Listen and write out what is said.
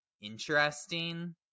interesting